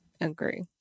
agree